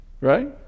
right